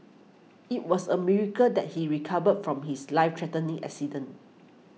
it was a miracle that he recovered from his life threatening accident